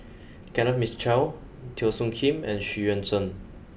Kenneth Mitchell Teo Soon Kim and Xu Yuan Zhen